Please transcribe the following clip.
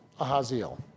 Ahaziel